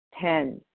Ten